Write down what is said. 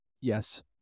Yes